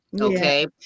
Okay